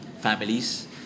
families